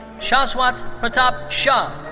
shaswat pratap shah.